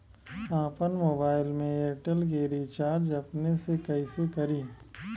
आपन मोबाइल में एयरटेल के रिचार्ज अपने से कइसे करि?